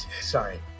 Sorry